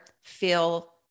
feel